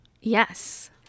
Yes